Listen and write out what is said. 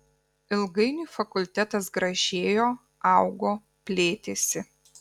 ilgainiui fakultetas gražėjo augo plėtėsi